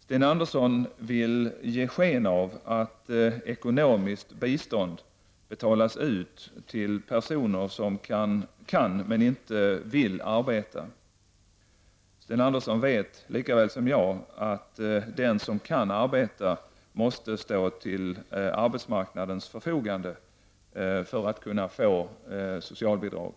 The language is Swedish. Sten Andersson vill ge sken av att ekonomiskt bistånd betalas ut till personer som kan, men inte vill, arbeta. Sten Andersson vet lika väl som jag att den som kan arbeta måste stå till arbetsmarknadens förfogande för att kunna få socialbidrag.